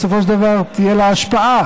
בסופו של דבר תהיה לה השפעה